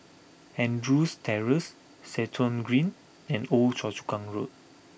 Andrews Terrace Stratton Green and Old Choa Chu Kang Road